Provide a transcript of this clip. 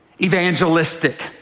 evangelistic